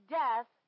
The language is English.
death